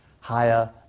higher